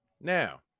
Now